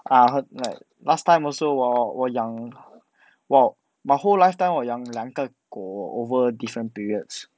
ah hurt right last time also hor 我养我 my whole lfetime 我养两个狗 over different periods